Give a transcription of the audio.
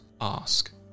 ask